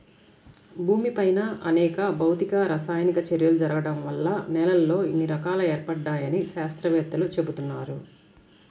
భూమిపైన అనేక భౌతిక, రసాయనిక చర్యలు జరగడం వల్ల నేలల్లో ఇన్ని రకాలు ఏర్పడ్డాయని శాత్రవేత్తలు చెబుతున్నారు